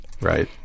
Right